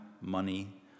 money